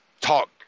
talk